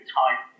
time